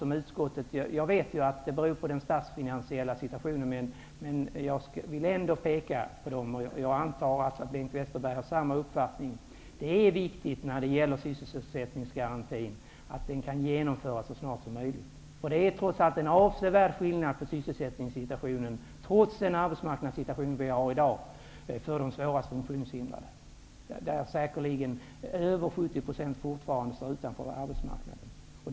Jag vet att utvecklingen är beroende av den statsfinansiella situationen. Ändå vill jag peka på ett par saker. Jag antar att Bengt Westerberg har samma uppfattning som jag. För det första är det nämligen viktigt att sysselsättningsgarantin kan genomföras så snart som möjligt. En avsevärd skillnad föreligger trots allt när det gäller sysselsättningssituationen för dem som har de svåraste funktionshindren, även bortsett från dagens arbetsmarknadsläge. Säkerligen är det fortfarande mer än 70 % av dem som står utanför arbetsmarknaden.